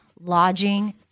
lodging